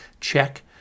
check